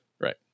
right